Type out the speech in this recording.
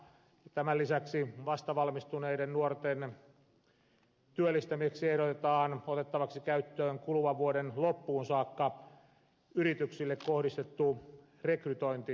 tämän lisäksi vastavalmistuneiden nuorten työllistämiseksi ehdotetaan otettavaksi käyttöön kuluvan vuoden loppuun saakka yrityksille kohdistettu rekrytointiseteli